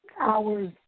hours